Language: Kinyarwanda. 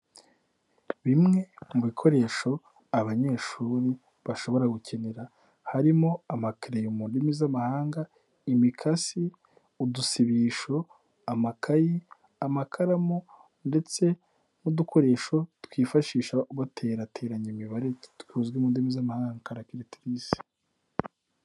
Bimwe mu bikoresho abanyeshuri bashobora gukenera harimo amakereyo mu ndimi z'amahanga, imikasi, udusibisho, amakayi, amakaramu, ndetse n'udukoresho twifashisha baterateranya imibare tuzwi mu ndimi z'amahanga karateratirise.